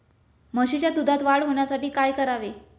म्हशीच्या दुधात वाढ होण्यासाठी काय करावे?